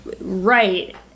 right